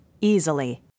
easily